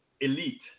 elite